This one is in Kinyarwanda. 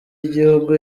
y’igihugu